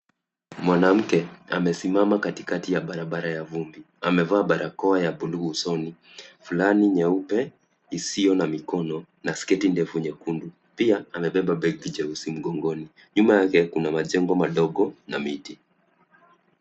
Mwanamke amesimama katikati ya barabara ya vumbi. Amevaa barakoa ya bluu usoni, fulana nyeupe isiyo na mikono na sketi ndefu nyekundu. Pia, amebeba begi jeusi mgongoni. Nyuma yake kuna majengo madogo na miti.